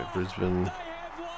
Brisbane